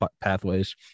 pathways